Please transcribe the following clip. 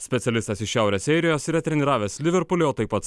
specialistas iš šiaurės airijos yra treniravęs liverpulį o taip pat